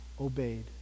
obeyed